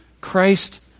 Christ